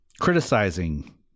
Criticizing